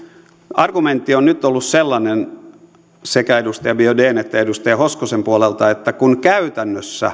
argumentti on nyt ollut sellainen sekä edustaja biaudetn että edustaja hoskosen puolelta että kun käytännössä